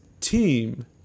team